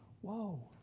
Whoa